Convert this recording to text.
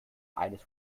eines